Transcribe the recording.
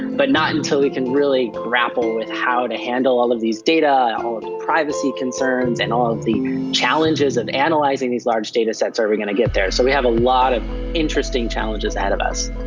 but not until we can really grapple with how to handle all of these data, all of the privacy concerns and all of the challenges of and like analysing these large datasets are we going to get there. so we have a lot of interesting challenges ahead of us.